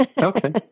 Okay